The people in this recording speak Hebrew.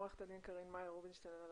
תודה רבה עו"ד קרין מאיר רובינשטיין על